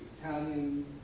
Italian